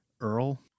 Earl